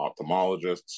ophthalmologists